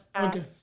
Okay